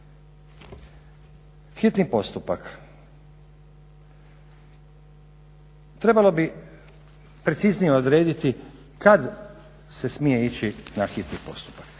Hitni postupak, trebalo bi preciznije odrediti kad se smije ići na hitni postupak.